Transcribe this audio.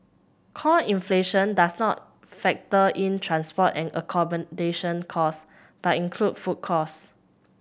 core inflation does not factor in transport and accommodation cost but includes food cost